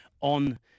on